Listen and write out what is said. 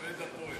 אוהד הפועל.